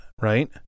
right